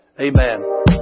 Amen